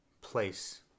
place